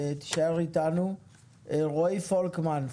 רועי פולקמן,